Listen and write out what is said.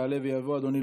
ניתן